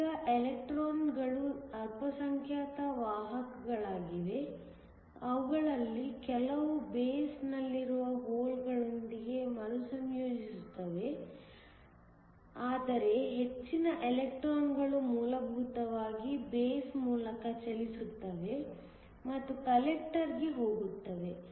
ಈ ಎಲೆಕ್ಟ್ರಾನ್ಗಳು ಅಲ್ಪಸಂಖ್ಯಾತ ವಾಹಕಗಳಾಗಿವೆ ಅವುಗಳಲ್ಲಿ ಕೆಲವು ಬೇಸ್ನಲ್ಲಿರುವ ಹೋಲ್ಗಳೊಂದಿಗೆ ಮರುಸಂಯೋಜಿಸುತ್ತವೆ ಆದರೆ ಹೆಚ್ಚಿನ ಎಲೆಕ್ಟ್ರಾನ್ಗಳು ಮೂಲಭೂತವಾಗಿ ಬೇಸ್ ಮೂಲಕ ಚಲಿಸುತ್ತವೆ ಮತ್ತು ಕಲೆಕ್ಟರ್ ಗೆ ಹೋಗುತ್ತವೆ